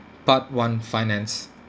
part one finance